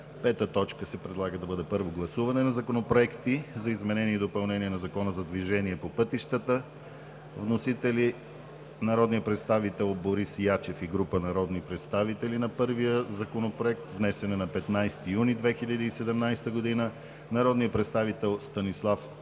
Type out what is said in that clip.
на 29 юни 2017 г. 5. Първо гласуване на законопроекти за изменение и допълнение на Закона за движение по пътищата. Вносители са: народният представител Борис Ячев и група народни представители на първия Законопроект, внесен на 15 юни 2017 г.; народният представител Станислав Иванов